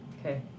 okay